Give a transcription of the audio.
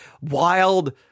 wild